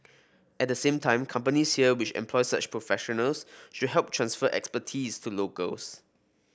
at the same time companies here which employ such professionals should help transfer expertise to locals